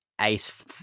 Ace